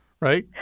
right